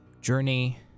journey